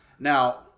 Now